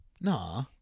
Nah